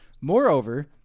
Moreover